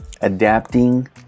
adapting